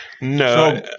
No